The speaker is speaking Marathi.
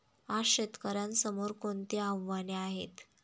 आज शेतकऱ्यांसमोर कोणती आव्हाने आहेत?